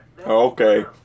Okay